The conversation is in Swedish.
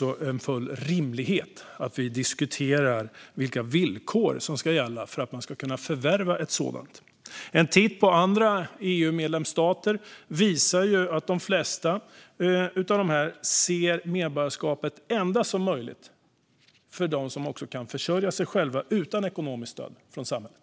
Det är därför rimligt att vi diskuterar vilka villkor som ska gälla för att man ska kunna förvärva ett sådant. En titt på andra EU-medlemsstater visar att i de flesta är ett medborgarskap endast möjligt om man kan försörja sig själv utan ekonomiskt stöd från samhället.